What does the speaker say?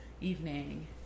evening